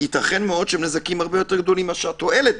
ייתכן מאוד שהנזקים הרבה יותר גדולים מאשר התועלת.